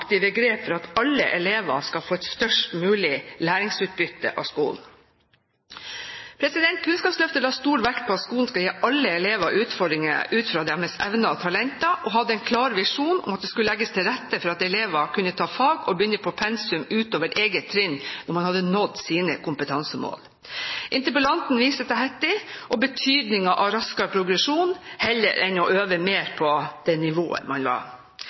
grep for at alle elever skal få et størst mulig læringsutbytte av skolen. Kunnskapsløftet la stor vekt på at skolen skal gi alle elever utfordringer ut fra deres evner og talenter, og hadde en klar visjon om at det skulle legges til rette for at elever kunne ta fag og begynne på pensum utover eget trinn når de hadde nådd sine kompetansemål. Interpellanten viser til Hattie og betydningen av raskere progresjon heller enn å øve mer på det nivået man var.